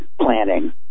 planning